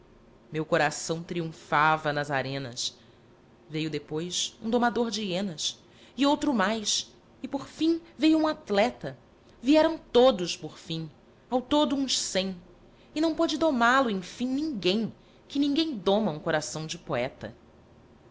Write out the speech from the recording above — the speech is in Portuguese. meu coração triunfava nas arenas veio depois um domador de hienas e outro mais e por fim veio um atleta vieram todos por fim ao todo uns cem e não pôde domá lo enfim ninguém que ninguém doma um coração de poeta